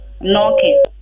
knocking